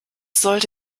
sollte